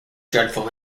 dreadful